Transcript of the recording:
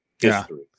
history